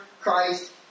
Christ